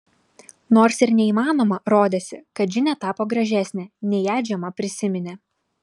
nors ir neįmanoma rodėsi kad džinė tapo gražesnė nei ją džema prisiminė